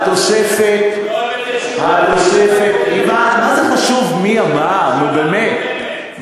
מה זה חשוב מי אמר, באמת?